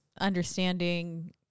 understanding